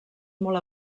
molt